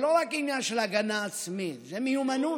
זה לא רק עניין של הגנה עצמית, זה מיומנות,